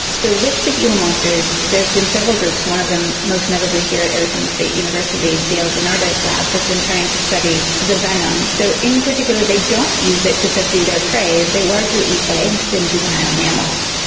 so with the gila monsters there's been several groups, one of them most notably here at arizona state university, dale denardo's lab, has been trying to study the venom. so in particular they don't use it to subdue their prey, they largely eat eggs and juvenile mammals.